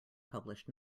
published